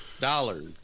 dollars